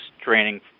training